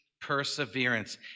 perseverance